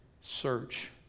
search